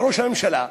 לראש הממשלה,